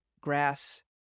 grass